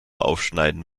aufschneiden